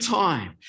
time